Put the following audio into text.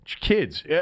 kids